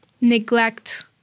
neglect